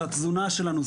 זה התזונה שלנו,